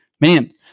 man